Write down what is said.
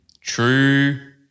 true